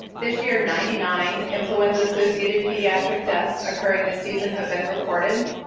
this year ninety nine influenza associated pediatric deaths occurring this season have been recorded,